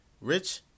Rich